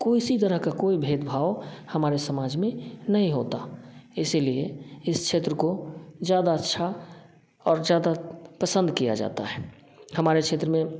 कोई सी तरह का कोई भेदभाव हमारे समाज में नहीं होता इसीलिए इस क्षेत्र को ज़्यादा अच्छा और ज़्यादा पसंद किया जाता हैं हमारे क्षेत्र में